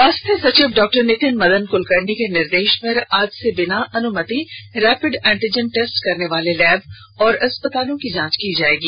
स्वास्थ्य सचिव डॉक्टर नितिन मदन कुलकर्णी के निर्देश पर आज से बिना अनुमति रैपिड एंटीजन टेस्ट करने वाले लैब और अस्पतालों की जांच की जाएगी